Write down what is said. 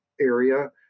area